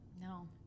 No